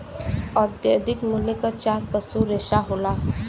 औद्योगिक मूल्य क चार पसू रेसा होला